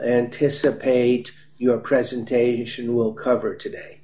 anticipate your presentation will cover today